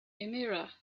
amira